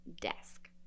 desk